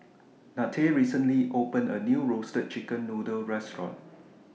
Nanette recently opened A New Roasted Chicken Noodle Restaurant